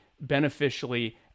beneficially